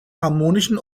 harmonischen